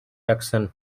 action